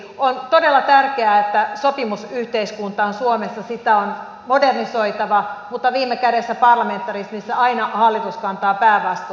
on todella tärkeää että suomessa on sopimusyhteiskunta ja sitä on modernisoitava mutta viime kädessä parlamentarismissa aina hallitus kantaa päävastuun